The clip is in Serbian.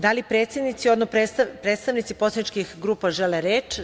Da li predsednici, odnosno predstavnici poslaničkih grupa žele reč?